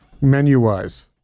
menu-wise